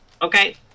Okay